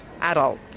adult